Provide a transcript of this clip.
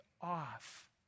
off